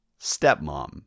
stepmom